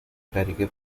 cariche